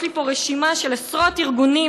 יש לי פה רשימה של עשרות ארגונים,